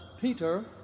Peter